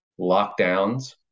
lockdowns